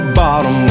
bottom